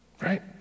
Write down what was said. Right